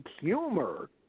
humor